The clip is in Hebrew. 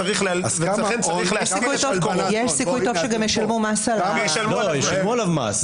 יש סיכוי טוב שהם גם שילמו עליו מס.